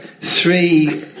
three